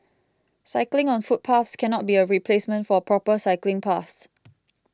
cycling on footpaths cannot be a replacement for proper cycling paths